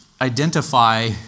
identify